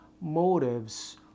motives